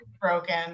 broken